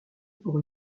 pour